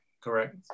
Correct